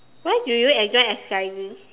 where do you enjoy exercising